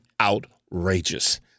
outrageous